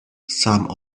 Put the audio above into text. some